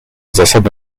zasady